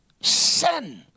sin